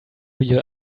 your